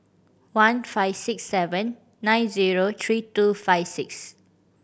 one five six seven nine zero three two five six